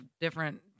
different